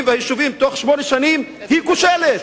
ואת היישובים בשמונה שנים היא כושלת,